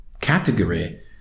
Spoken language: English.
category